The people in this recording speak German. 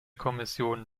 kommission